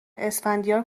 اسفندیار